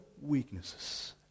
weaknesses